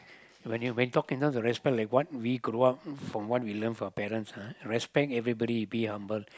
when you when talking in terms respect like what we could what from what we learn from our parents ah respect everybody be humble